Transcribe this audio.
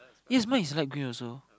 it's mine is light green also